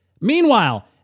Meanwhile